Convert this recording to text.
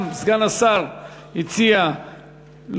גם סגן השר הציע לוועדה,